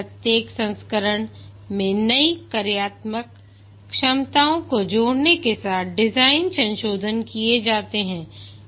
प्रत्येक संस्करण में नई कार्यात्मक क्षमताओं को जोड़ने के साथ डिजाइन संशोधन किए जाते हैं